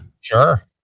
Sure